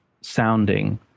sounding